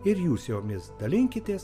ir jūs jomis dalinkitės